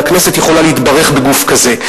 הכנסת יכולה להתברך בגוף כזה.